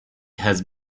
has